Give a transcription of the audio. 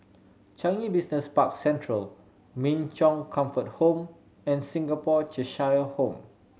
Changi Business Park Central Min Chong Comfort Home and Singapore Cheshire Home